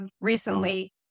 Recently